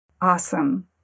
Awesome